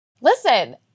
Listen